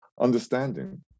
understanding